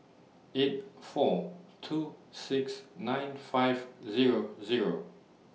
eight four two six nine five Zero Zero